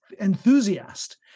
enthusiast